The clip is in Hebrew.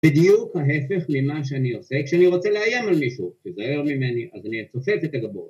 בדיוק ההפך ממה שאני עושה כשאני רוצה לאיים על מישהו, תיזהר ממני, אז אני אצופף את הגבות.